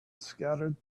scattered